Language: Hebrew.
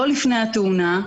לא לפני התאונה,